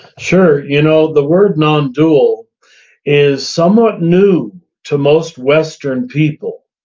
sure. you know, the word, non-dual is somewhat new to most western people,